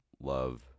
love